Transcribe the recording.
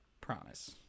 Promise